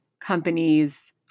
companies